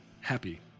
happy